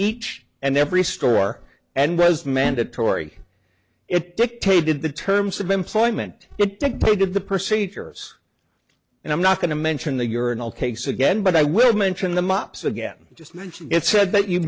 each and every store and was mandatory it dictated the terms of employment dictated the procedure and i'm not going to mention the urinal cakes again but i will mention the mops again just mention it said that you